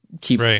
keep